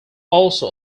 also